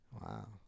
Wow